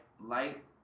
light